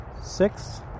six